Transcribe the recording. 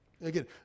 Again